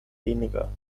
weniger